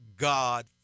God